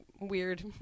weird